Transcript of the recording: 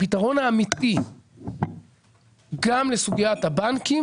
הפתרון האמיתי גם לסוגיית הבנקים